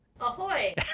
Ahoy